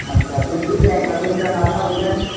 अच्छा सिन्धी जंहिं सभिनि जा नाला ॿुधाए